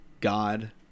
God